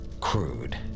crude